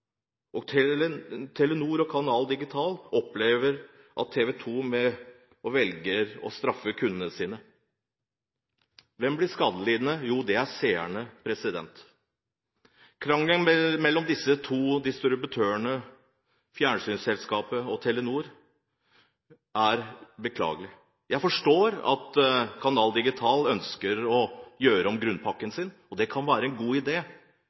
Telenor og Canal Digital opplever at TV 2 med dette velger å straffe kundene sine. Hvem blir skadelidende? Jo, det er seerne. Krangelen mellom distributøren og fjernsynsselskapet er beklagelig. Jeg forstår at Canal Digital ønsker å gjøre om grunnpakken sin, og det kan være en god